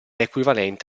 equivalente